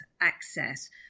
access